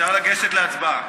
אפשר לגשת להצבעה.